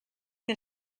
què